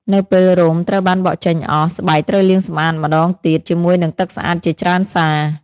នៅពេលរោមត្រូវបានបកចេញអស់ ស្បែកត្រូវលាងសម្អាតម្តងទៀតជាមួយនឹងទឹកស្អាតជាច្រើនសា។